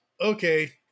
okay